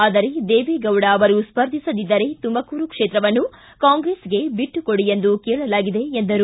ಆದರೆ ದೇವೇಗೌಡ ಅವರು ಸ್ಪರ್ಧಿಸದಿದ್ದರೆ ತುಮಕೂರು ಕ್ಷೇತ್ರವನ್ನು ಕಾಂಗ್ರೆಸ್ಗೆ ಬಿಟ್ಟುಕೊಡಿ ಎಂದು ಕೇಳಲಾಗಿದೆ ಎಂದರು